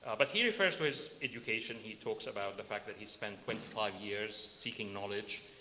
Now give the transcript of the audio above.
ah but he refers to his education, he talks about the fact that he spent twenty five years seeking knowledge.